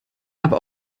aber